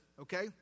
okay